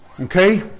okay